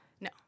No